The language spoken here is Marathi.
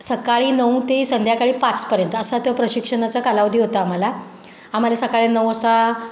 सकाळी नऊ ते संध्याकाळी पाचपर्यंत असा तो प्रशिक्षणाचा कालावधी होता आम्हाला आम्हाला सकाळी नऊ वाजता